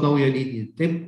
naują lydinį taip